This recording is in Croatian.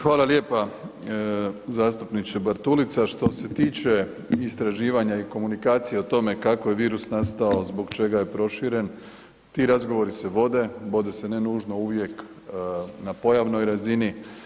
Hvala lijepa zastupniče Bartulica, što se tiče istraživanja i komunikacija o tome kako je virus nastao, zbog čega je proširen, ti razgovori se vode, vode se nužno uvijek na pojavnoj razini.